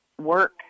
work